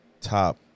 top